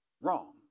wrong